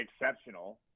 exceptional